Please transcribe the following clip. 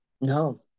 No